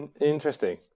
Interesting